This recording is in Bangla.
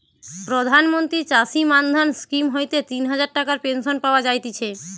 প্রধান মন্ত্রী চাষী মান্ধান স্কিম হইতে তিন হাজার টাকার পেনশন পাওয়া যায়তিছে